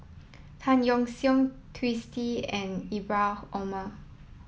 Tan Yeok Seong Twisstii and Ibrahim Omar